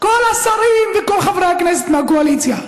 כל השרים וכל חברי הכנסת מהקואליציה.